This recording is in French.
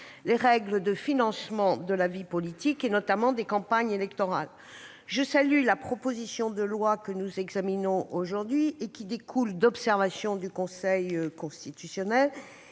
les règles de financement de la vie politique, notamment des campagnes électorales. Je salue la proposition de loi que nous examinons aujourd'hui. Elle découle d'observations du Conseil constitutionnel.